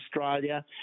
Australia